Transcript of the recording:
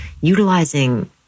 utilizing